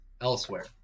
elsewhere